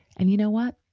and you know what?